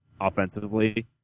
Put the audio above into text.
offensively